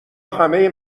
همه